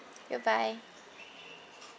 goodbye